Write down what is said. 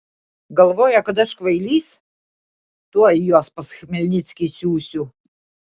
galvoja kad aš kvailys tuoj juos pas chmelnickį siųsiu